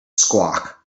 squawk